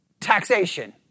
taxation